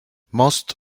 most